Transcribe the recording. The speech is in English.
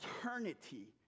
eternity